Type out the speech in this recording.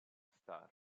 star